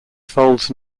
folds